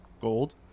gold